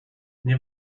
nie